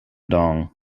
dong